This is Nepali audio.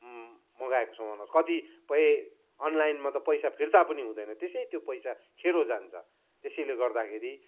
मगाएको सामानमा चाहिँ कतिपय अनलाइनमा त पैसा फिर्ता पनि हुँदैन त्यसै त्यो पैसा खेरो जान्छ त्यसैले गर्दाखेरि